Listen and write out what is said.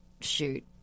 shoot –